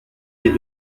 les